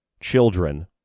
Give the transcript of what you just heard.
children